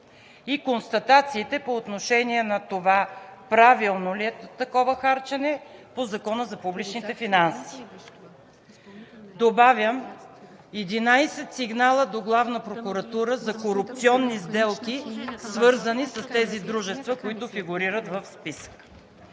и констатациите по отношение на това – правилно ли е такова харчене по Закона за публичните финанси. Добавям – 11 сигнала до Главна прокуратура за корупционни сделки, свързани с тези дружества, които фигурират в списъка.